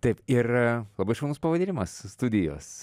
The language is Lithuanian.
taip ir labai šaunus pavadinimas studijos